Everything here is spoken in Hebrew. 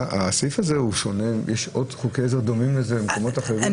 יש חוקי עזר דומים לזה במקומות אחרים?